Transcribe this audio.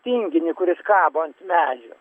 tinginį kuris kabo ant medžio